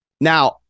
Now